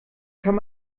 kann